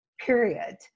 Period